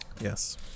yes